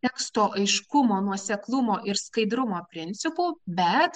teksto aiškumo nuoseklumo ir skaidrumo principų bet